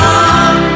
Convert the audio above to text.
on